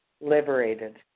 liberated